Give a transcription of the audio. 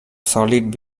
solid